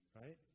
right